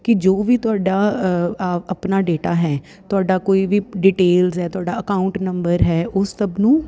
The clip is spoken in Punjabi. ਕਿ ਜੋ ਵੀ ਤੁਹਾਡਾ ਆਪਣਾ ਡੇਟਾ ਹੈ ਤੁਹਾਡਾ ਕੋਈ ਵੀ ਡਿਟੇਲਸ ਹੈ ਤੁਹਾਡਾ ਅਕਾਊਂਟ ਨੰਬਰ ਹੈ ਉਸ ਸਭ ਨੂੰ